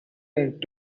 and